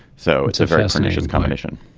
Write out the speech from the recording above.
so it's a very astonishing combination.